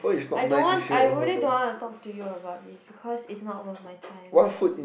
I don't want I really don't want to talk to you about this because is not worth my time